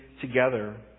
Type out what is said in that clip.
together